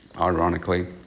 ironically